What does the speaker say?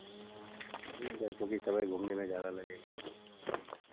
ठीक है क्योंकि समय घूमने में ज़्यादा लगेगा